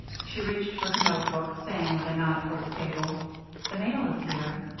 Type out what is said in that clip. she reached for her notebook, saying, with a nod toward the table the mail is here.